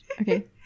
Okay